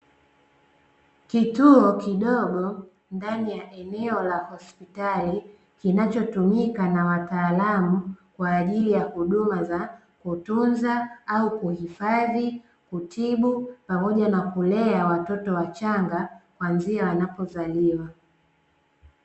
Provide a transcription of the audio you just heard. Kituo kidogo ndani ya eneo la hospitali, kinachotumika na wataalamu kwa ajili ya huduma za: kutunza, au kuhifadhi, kutibu, pamoja na kulea watoto wachanga kuanzia wanapozaliwa.